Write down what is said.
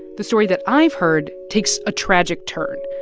the story that i've heard takes a tragic turn.